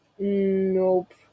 Nope